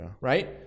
Right